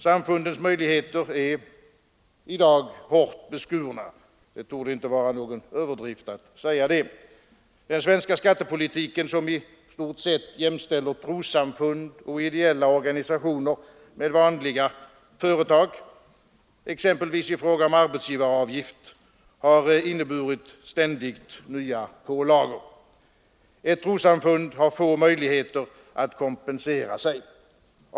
Samfundens möjligheter är i dag hårt beskurna. Det torde inte vara någon överdrift att säga det. Den svenska skattepolitiken, som i stort sett jämställer trossamfund och ideella organisationer med vanliga företag, exempelvis i fråga om arbetsgivaravgift, har inneburit ständigt nya pålagor. Ett trossamfund har få möjligheter att kompensera sig.